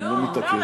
אני לא מתעקש.